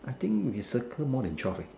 I think we circle more than twelve eh